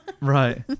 Right